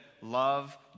love